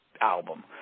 album